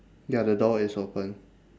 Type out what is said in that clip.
ya the door is open